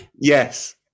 Yes